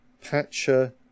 Patcher